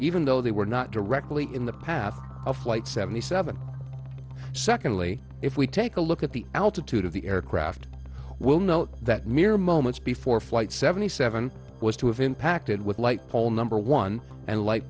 even though they were not directly in the path of flight seventy seven secondly if we take a look at the altitude of the aircraft we'll know that mere moments before flight seventy seven was to have impacted with light pole number one and light